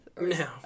No